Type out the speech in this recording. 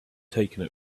taken